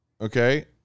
okay